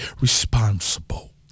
responsible